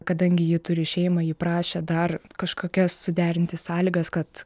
kadangi ji turi šeimą ji prašė dar kažkokias suderinti sąlygas kad